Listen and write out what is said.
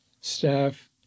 staff